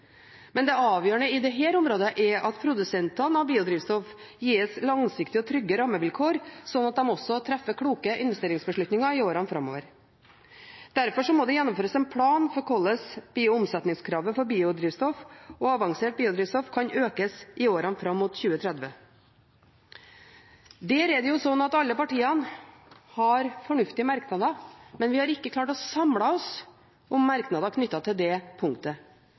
Men det avgjørende på dette området er at produsentene av biodrivstoff gis langsiktige og trygge rammevilkår, slik at de også treffer kloke investeringsbeslutninger i åra framover. Derfor må det gjennomføres en plan for hvordan omsetningskravet for biodrivstoff og avansert biodrivstoff kan økes i åra fram mot 2030. Alle partiene har fornuftige merknader, men vi har ikke klart å samle oss om merknader knyttet til det punktet.